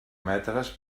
metres